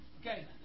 Okay